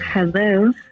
Hello